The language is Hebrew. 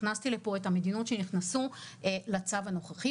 הכנסתי לפה את המדינות שנכנסו לצו הנוכחי,